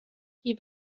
die